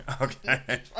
okay